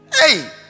hey